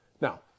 Now